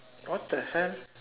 what the hell